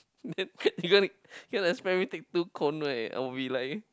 then you gonna you can't expect me take two cone right I'll be like